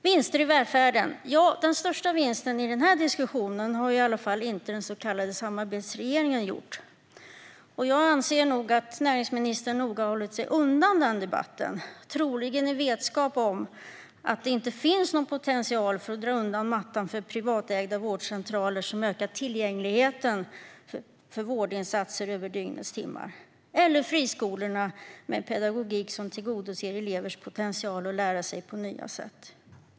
Vinster i välfärden - ja, den största vinsten i denna diskussion har i alla fall inte den så kallade samarbetsregeringen gjort. Jag anser nog att näringsministern noga har hållit sig undan debatten, troligen i vetskap om att det inte finns någon potential i att dra undan mattan för privatägda vårdcentraler som har ökat tillgängligheten till vårdinsatser över dygnets timmar eller för friskolorna med en pedagogik som tillgodoser elevers potential att lära på nya sätt.